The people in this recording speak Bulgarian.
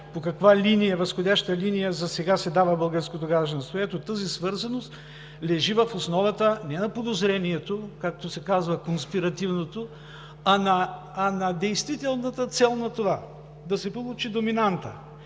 по каква възходяща линия засега се дава българското гражданство, тази свързаност лежи в основата не на подозрението, както се казва, конспиративното, а на действителната цел на това – да се получи доминанта,